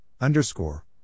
underscore